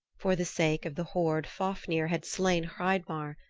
for the sake of the hoard fafnir had slain hreidmar,